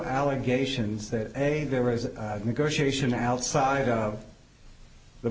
allegations that a there was a negotiation outside of the